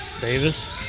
Davis